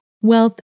wealth